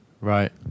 Right